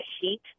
heat